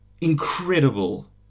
incredible